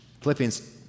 Philippians